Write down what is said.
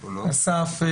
אסף,